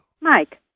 Mike